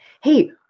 hey